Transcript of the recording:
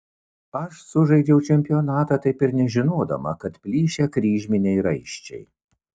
aš sužaidžiau čempionatą taip ir nežinodama kad plyšę kryžminiai raiščiai